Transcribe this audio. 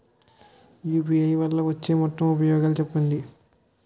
UPI వల్ల వచ్చే మొత్తం ఉపయోగాలు చెప్పండి?